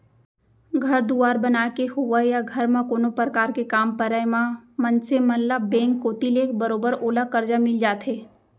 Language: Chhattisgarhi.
घर दुवार बनाय के होवय या घर म कोनो परकार के काम परे म मनसे मन ल बेंक कोती ले बरोबर ओला करजा मिल जाथे